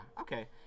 okay